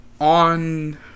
on